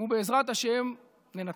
ובעזרת השם ננצח,